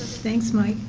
thanks, mike.